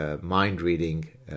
mind-reading